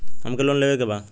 हमके लोन लेवे के बा?